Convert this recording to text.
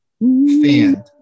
fan